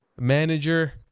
manager